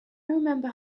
remember